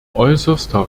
äußerster